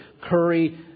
curry